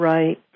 Right